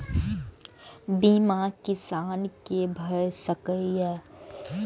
बीमा किसान कै भ सके ये?